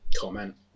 Comment